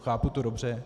Chápu to dobře?